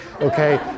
Okay